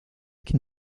can